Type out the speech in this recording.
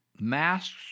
masks